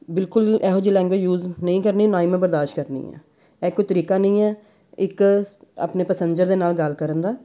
ਬਿਲਕੁਲ ਇਹੋ ਜਿਹੀ ਲੈਂਗੁਏਜ ਯੂਜ਼ ਨਹੀਂ ਕਰਨੀ ਨਾ ਹੀ ਮੈਂ ਬਰਦਾਸ਼ਤ ਕਰਨੀ ਆ ਇਹ ਕੋਈ ਤਰੀਕਾ ਨਹੀਂ ਹੈ ਇੱਕ ਆਪਣੇ ਪਸੈਂਜਰ ਦੇ ਨਾਲ ਗੱਲ ਕਰਨ ਦਾ